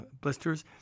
blisters